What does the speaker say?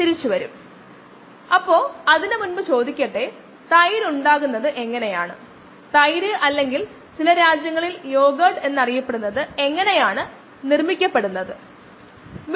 part A Michaelis Menten പാരാമീറ്ററുകൾ vm K m എന്നിവയാണെന്ന് നമുക്കറിയാം